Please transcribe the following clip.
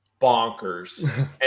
bonkers